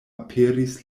aperis